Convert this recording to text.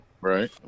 Right